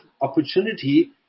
opportunity